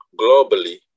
globally